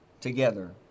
together